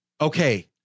Okay